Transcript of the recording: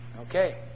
Okay